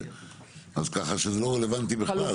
אז ככה שזה לא רלוונטי בכלל.